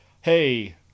hey